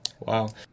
Wow